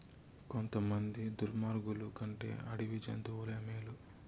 కొంతమంది దుర్మార్గులు కంటే అడవి జంతువులే మేలు